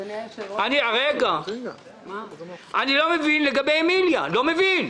אני לא מבין לגבי אמיליה, לא מבין.